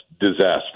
Disaster